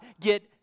get